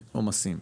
עומסים.